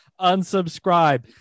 unsubscribe